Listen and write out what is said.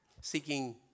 Seeking